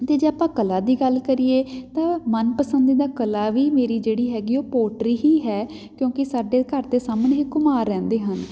ਅਤੇ ਜੇ ਆਪਾਂ ਕਲਾ ਦੀ ਗੱਲ ਕਰੀਏ ਤਾਂ ਮਨਪਸੰਦੀ ਦਾ ਕਲਾ ਵੀ ਮੇਰੀ ਜਿਹੜੀ ਹੈਗੀ ਉਹ ਪੋਟਰੀ ਹੀ ਹੈ ਕਿਉਂਕਿ ਸਾਡੇ ਘਰ ਦੇ ਸਾਹਮਣੇ ਹੀ ਘੁਮਿਆਰ ਰਹਿੰਦੇ ਹਨ